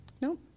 No